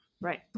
Right